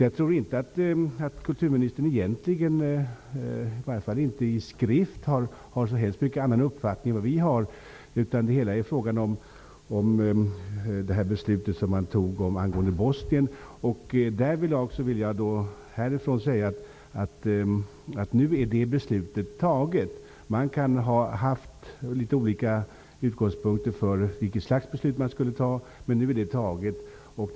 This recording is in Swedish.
Jag tror egentligen inte att kulturministerns uppfattning är så mycket annorlunda än vår. Det har hon i varje fall inte uttryckt i skrift. Diskussionen gäller det beslut som fattades angående Bosnien. Det beslutet är fattat. Man kan ha haft litet olika utgångspunkter för vilket slags beslut man skulle fatta, men nu är det fattat.